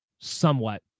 somewhat